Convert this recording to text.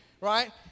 Right